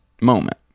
moment